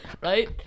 right